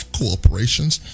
corporations